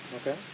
Okay